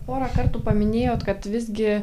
porą kartų paminėjot kad visgi